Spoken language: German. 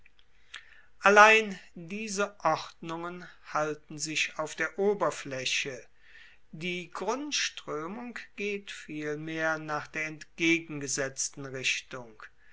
allein diese ordnungen halten sich auf der oberflaeche die grundstroemung geht vielmehr nach der entgegengesetzten richtung